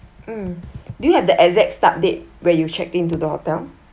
mm do you have the exact start date where you checked into the hotel